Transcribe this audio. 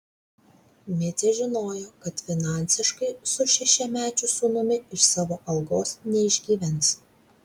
micė žinojo kad finansiškai su šešiamečiu sūnumi iš savo algos neišgyvens